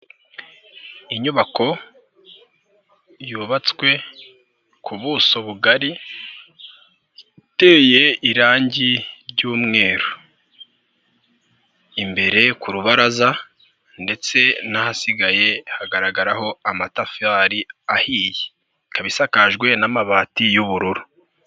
Inyubako yubatswe ku buso bugari iteye irangi ry'umweru. Imbere ku rubaraza ndetse n'ahasigaye hagaragaraho amatafari ahiye. Ikaba isakajwe n'amabati y'ubururu.